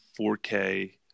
4K